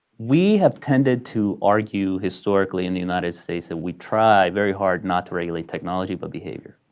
we have tended to argue historically in the united states that we try very hard not to regulate technology but behavior.